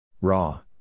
Raw